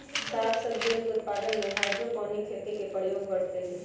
साग सब्जियन के उत्पादन में हाइड्रोपोनिक खेती के प्रयोग बढ़ते हई